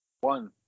One